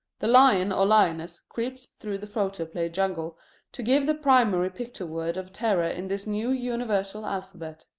the lion or lioness creeps through the photoplay jungle to give the primary picture-word of terror in this new universal alphabet.